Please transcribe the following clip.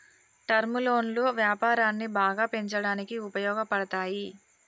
term లోన్లు వ్యాపారాన్ని బాగా పెంచడానికి ఉపయోగపడతాయి